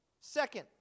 Second